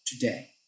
today